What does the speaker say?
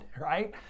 right